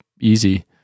easy